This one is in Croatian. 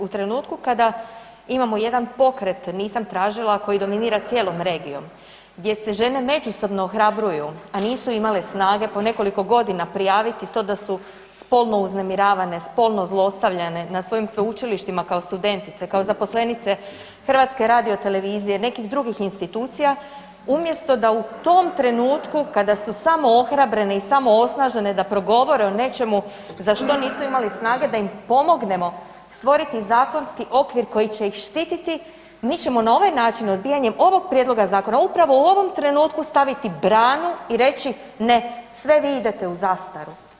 U trenutku kada imamo jedan pokret „Nisam tražila“, a koji dominira cijelom regijom gdje se žene međusobno ohrabruju, a nisu imale snage po nekoliko godina prijaviti to da su spolno uznemiravane, spolno zlostavljane na svojim sveučilištima kao studentice, kao zaposlenice HRT-a, nekih drugih institucija umjesto da u tom trenutku kada su samo ohrabrene i samo osnažene da progovore o nečemu za što nisu imali snage da im pomognemo stvoriti zakonski okvir koji će ih štititi, mi ćemo na ovaj način odbijanjem ovog prijedloga zakona upravo u ovom trenutku staviti branu i reći ne sve vi idete u zastaru.